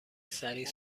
سریع